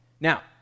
Now